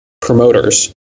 promoters